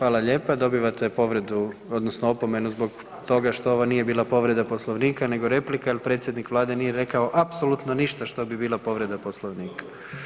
Hvala lijepa, dobivate povredu odnosno opomenu zbog toga što ovo nije bila povreda Poslovnika nego replika jer predsjednik vlade nije rekao apsolutno ništa što bi bila povreda Poslovnika.